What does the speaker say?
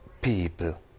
People